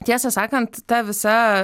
tiesą sakant ta visa